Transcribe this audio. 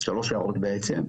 שלוש הערות בעצם.